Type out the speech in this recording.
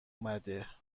آمده